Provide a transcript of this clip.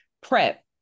PrEP